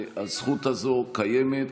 והזכות הזאת קיימת.